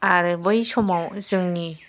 आरो बै समाव जोंनि